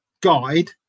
guide